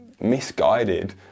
misguided